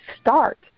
start